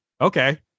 okay